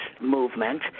movement